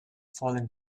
fallen